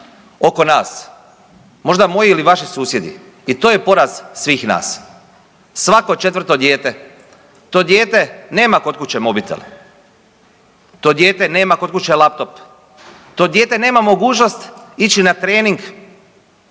oko nas, možda moji ili vaši susjedi i to je poraz svih nas. Svako 4. dijete, to dijete nema kod kuće mobitel, to dijete nema kod kuće laptop, to dijete nema mogućnost ići na trening